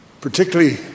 particularly